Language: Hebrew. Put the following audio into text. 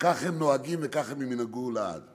שכך הם נוהגים וכך הם ינהגו לעד.